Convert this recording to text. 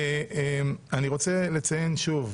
אני רוצה לציין שוב,